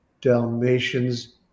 Dalmatians